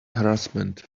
harassment